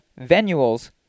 venules